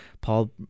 Paul